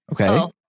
okay